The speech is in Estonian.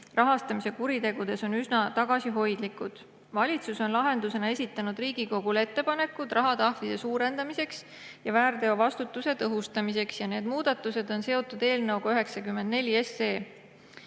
rahastamise kuritegude puhul on üsna tagasihoidlikud. Valitsus on lahendusena esitanud Riigikogule ettepanekud rahatrahvide suurendamiseks ja väärteovastutuse tõhustamiseks. Need muudatused on seotud eelnõuga 94.